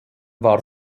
war